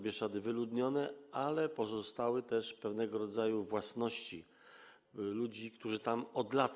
Bieszczady zostały wyludnione, ale pozostały też pewnego rodzaju własności ludzi, którzy są tam od lat.